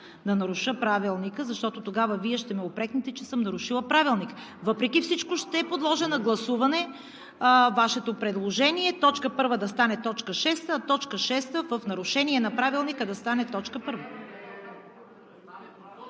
да наруша Правилника, защото тогава Вие ще ме упрекнете, че съм нарушила Правилника. Въпреки всичко ще подложа на гласуване Вашето предложение точка първа да стане точка шеста, а точка шеста, в нарушение на Правилника, да стане точка